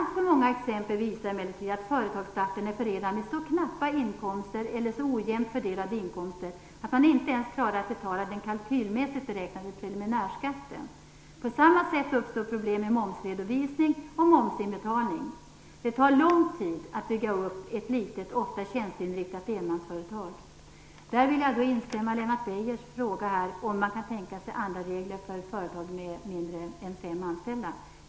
Alltför många exempel visar emellertid att företagsstarten är förenad med så knappa eller ojämnt fördelade inkomster att man inte ens klarar av att betala den kalkylmässigt beräknade preliminärskatten. På samma sätt uppstår problem med momsredovisning och momsinbetalning. Det tar lång tid att bygga upp ett litet, ofta tjänsteinriktat, enmansföretag. Jag vill i det sammanhanget instämma i Lennart Beijers fråga om man kan tänka sig andra regler för företag med mindre än fem anställda.